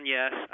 Yes